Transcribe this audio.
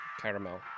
Caramel